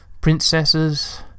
princesses